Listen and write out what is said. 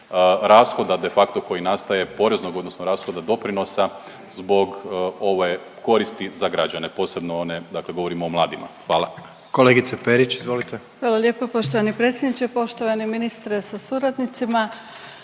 rashoda de facto koji nastaje poreznog, odnosno rashoda doprinosa zbog ove koristi za građane, posebno one, dakle govorimo o mladima. Hvala. **Jandroković, Gordan (HDZ)** Kolegice Perić, izvolite. **Perić, Grozdana (HDZ)** Hvala lijepo poštovani predsjedniče. Poštovani ministre sa suradnicima.